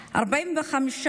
האוכלוסייה,